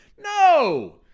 no